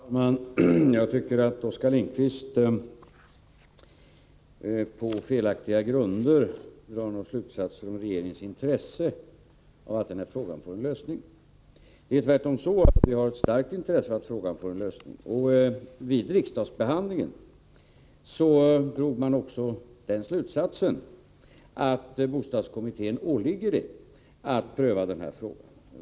Herr talman! Jag tycker att Oskar Lindkvist på felaktiga grunder drar slutsatser om regeringens intresse för att denna fråga får en lösning. Det är tvärtom så att vi har ett starkt intresse av att frågan får sin lösning. Vid riksdagsbehandlingen drog man också den slutsatsen att det åligger bostadskommittén att pröva frågan.